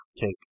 take